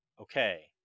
okay